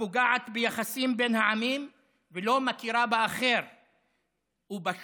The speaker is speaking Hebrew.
הפוגעת ביחסים בין העמים ולא מכירה באחר ובשוני.